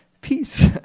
Peace